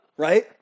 right